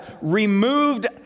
removed